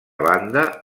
banda